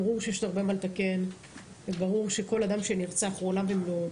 ברור שיש הרבה מה לתקן וברור שכל אדם שנרצח הוא עולם ומלואו,